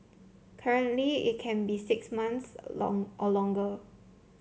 currently it can be six months or longer